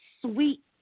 sweet